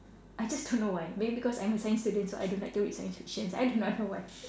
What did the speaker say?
I just don't know why maybe cause I'm a science student so I don't like to read science fictions I do not know why